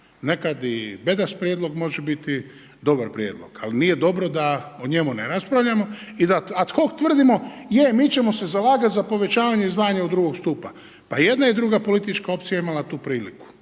Nekad i bedast prijedlog može biti i dobar prijedlog ali nije dobro da o njemu ne raspravljamo i da ad hoc tvrdimo je, mi ćemo se zalagati za povećanje izdvajanja II. stupa. Pa i jedna i druga politička opcija je imala tu priliku